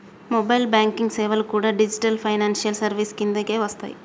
mobile banking సేవలు కూడా digital financial services కిందకే వస్తయ్యి